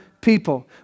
people